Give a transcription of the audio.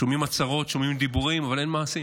שומעים הצהרות, שומעים דיבורים, אבל אין מעשים